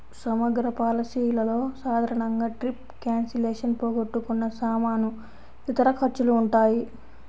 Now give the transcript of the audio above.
సమగ్ర పాలసీలలో సాధారణంగా ట్రిప్ క్యాన్సిలేషన్, పోగొట్టుకున్న సామాను, ఇతర ఖర్చులు ఉంటాయి